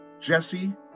jesse